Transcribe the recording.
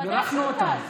בוודאי שהוא טס.